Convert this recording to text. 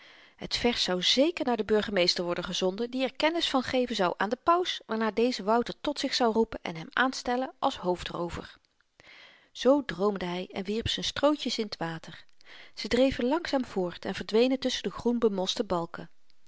het vers zou zeker naar den burgemeester worden gezonden die er kennis van geven zou aan den paus waarna deze wouter tot zich zou roepen en hem aanstellen als hoofdroover zoo droomde hy en wierp z'n strootjes in t water ze dreven langzaam voort en verdwenen tusschen de groenbemoste balken